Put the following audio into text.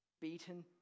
beaten